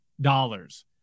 dollars